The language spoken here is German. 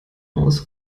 aus